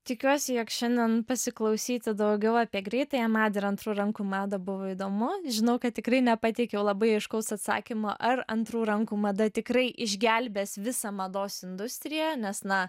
tikiuosi jog šiandien pasiklausyti daugiau apie greitąją madą ir antrų rankų madą buvo įdomu žinau kad tikrai nepateikiau labai aiškaus atsakymo ar antrų rankų mada tikrai išgelbės visą mados industriją nes na